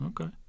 Okay